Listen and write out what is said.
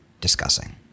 discussing